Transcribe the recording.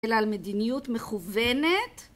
על מדיניות מכוונת